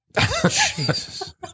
Jesus